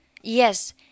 Yes